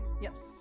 yes